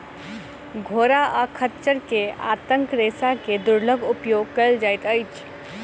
घोड़ा आ खच्चर के आंतक रेशा के दुर्लभ उपयोग कयल जाइत अछि